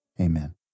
amen